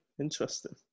Interesting